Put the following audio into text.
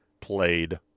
played